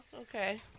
okay